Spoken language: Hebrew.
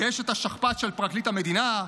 ויש את השכפ"ץ של פרקליט המדינה,